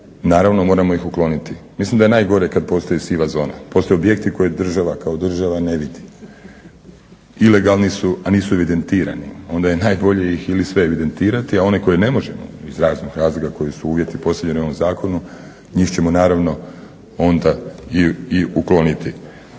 naravno moramo ih ukloniti. Mislim da je najgore kad postoji siva zona. Postoje objekti koje država kao država ne vidi. Ilegalni su, a nisu evidentirani. Onda je najbolje ih ili sve evidentirati, a one koje ne možemo iz raznih razloga koji su uvjeti postavljeni u ovom zakonu njih ćemo naravno onda i ukloniti.